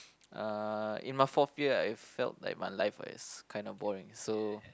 uh in my fourth year I felt like my life was kind of boring so